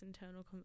internal